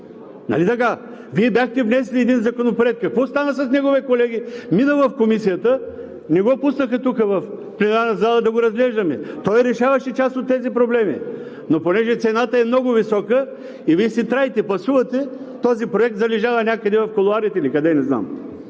нали така? Вие бяхте внесли един законопроект, какво стана с него бе, колеги? Мина в Комисията, не го пуснаха тук в пленарната зала да го разглеждаме. Той решаваше част от тези проблеми. Но понеже цената е много висока и Вие си траете, пасувате, този проект залежава някъде в кулоарите ли, къде не знам.